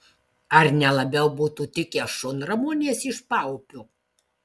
ar ne labiau būtų tikę šunramunės iš paupio